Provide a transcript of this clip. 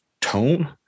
tone